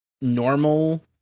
normal